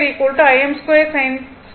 எனவே i2 Im2sin2dθ ஆகும்